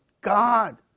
God